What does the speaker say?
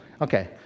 Okay